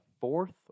fourth